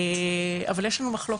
אבל יש לנו מחלוקת,